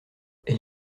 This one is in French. elle